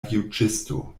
juĝisto